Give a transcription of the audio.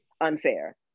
unfair